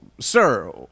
sir